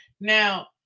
Now